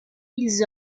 ils